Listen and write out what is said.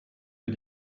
mir